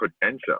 potential